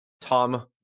Tom